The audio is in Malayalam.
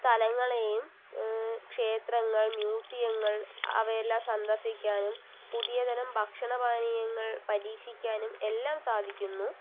സ്ഥലങ്ങളേയും ക്ഷേത്രങ്ങൾ മ്യൂസിയങ്ങൾ അവയെല്ലാം സന്ദർശിക്കാനും പുതിയതരം ഭക്ഷണ പാനീയങ്ങൾ പരീക്ഷിക്കാനും എല്ലാം സാധിക്കുന്നു